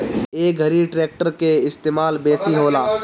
ए घरी ट्रेक्टर के इस्तेमाल बेसी होला